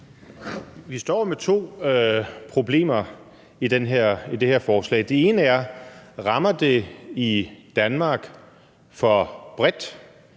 Vi står jo med to problemer i det her forslag. Det ene er: Rammer det for bredt i Danmark forstået